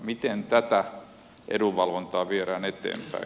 miten tätä edunvalvontaa viedään eteenpäin